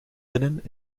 binnen